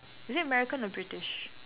is it American or British